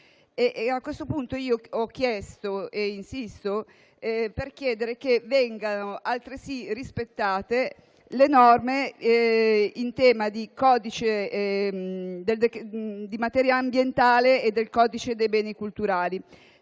A questo punto io ho chiesto e insisto nel chiedere che vengano altresì rispettate le norme in tema di codice in materia ambientale e dei beni culturali.